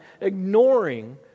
ignoring